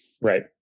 Right